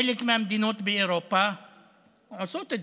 חלק מהמדינות באירופה עושות את